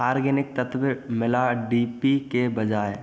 organic तत्त्व मिला D P के बजाय